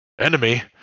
enemy